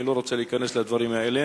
אני לא רוצה להיכנס לדברים האלה,